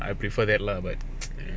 I prefer that lah but